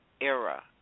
era